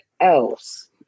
else